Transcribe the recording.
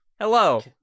hello